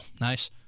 nice